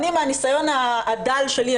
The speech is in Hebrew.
מהניסיון הדל שלי,